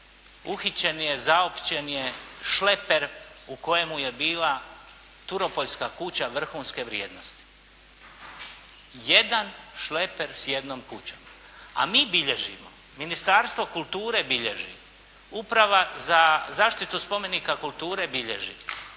uhićen je, zaopćen je šleper u kojemu je bila turopoljska kuća vrhunske vrijednosti. Jedan šleper s jednom kućom, a mi bilježimo Ministarstvo kulture bilježi, Uprava za zaštitu spomenika kulture bilježi,